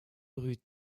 rue